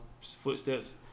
footsteps